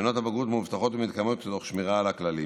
בחינות הבגרות מאובטחות ומתקיימות תוך שמירה על הכללים.